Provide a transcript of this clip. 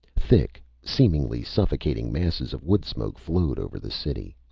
thick, seemingly suffocating masses of wood smoke flowed over the city.